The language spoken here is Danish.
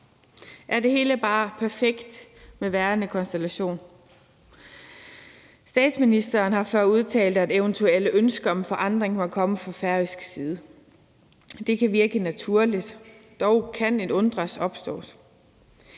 Er det hele bare perfekt med den nuværende konstellation? Statsministeren har før udtalt, at eventuelle ønsker om forandring må komme fra færøsk side. Det kan virke naturligt. Dog kan en undren opstå,